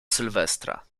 sylwestra